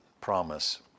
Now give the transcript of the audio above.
promise